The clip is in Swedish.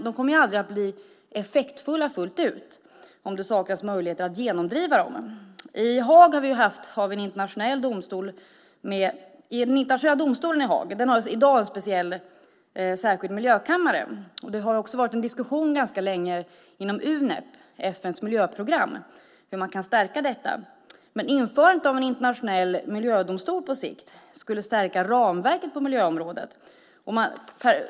De kommer dock aldrig att bli effektfulla fullt ut om det saknas möjligheter att genomdriva dem. Internationella domstolen i Haag har i dag en särskild miljökammare. Det har också pågått en diskussion ganska länge om hur man kan stärka FN:s miljöprogram, Unep. Men införandet av en internationell miljödomstol skulle stärka ramverket på miljöområdet.